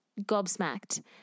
gobsmacked